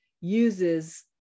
uses